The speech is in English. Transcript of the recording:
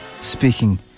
speaking